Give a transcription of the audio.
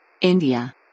India